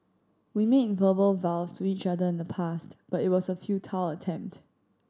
we made verbal vows to each other in the past but it was a futile attempt